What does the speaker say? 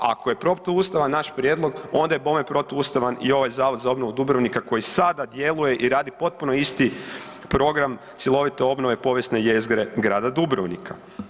A ako je protuustavan naš prijedlog, onda je bome protuustavan i ovaj Zavod za obnovu Dubrovnika koji sada djeluje i radi potpuno isti program cjelovite obnove povijesne jezgre grada Dubrovnika.